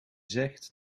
zegt